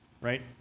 right